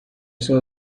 saw